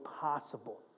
possible